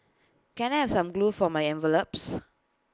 can I have some glue for my envelopes